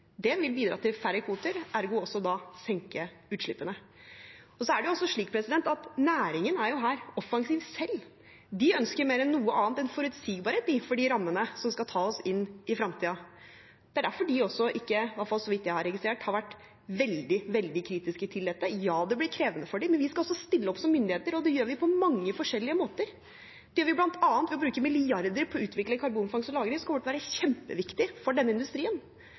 vil bidra til færre kvoter, og ergo også da senke utslippene. Så er jo næringen her offensiv selv. De ønsker mer enn noe annet forutsigbarhet for de rammene som skal ta oss inn i fremtiden. Det er derfor de, i hvert fall så vidt jeg har registrert, ikke har vært veldig, veldig kritiske til dette. Ja, det blir krevende for dem, men vi skal også stille opp som myndigheter, og det gjør vi på mange forskjellige måter. Det gjør vi bl.a. ved å bruke milliarder på å utvikle karbonfangst og -lagring, som kommer til å være kjempeviktig for denne industrien.